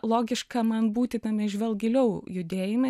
logiška man būti tame žvelk giliau judėjime